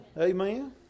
Amen